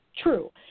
true